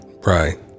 right